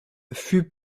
fut